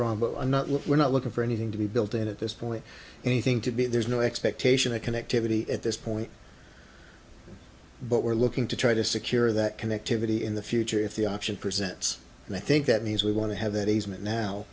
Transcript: wrong but i'm not look we're not looking for anything to be built in at this point anything to be there's no expectation of connectivity at this point but we're looking to try to secure that connectivity in the future if the option presents and i think that means we want to have that easement now